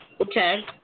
Okay